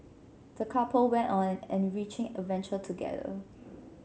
the couple went on an enriching adventure together